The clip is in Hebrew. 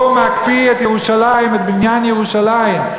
הוא מקפיא את ירושלים, את בניין ירושלים.